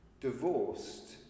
divorced